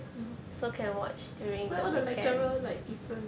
why all the lecturer like different